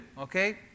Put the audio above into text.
Okay